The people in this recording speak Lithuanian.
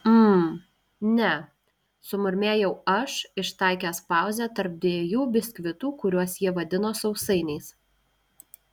mm ne sumurmėjau aš ištaikęs pauzę tarp dviejų biskvitų kuriuos jie vadino sausainiais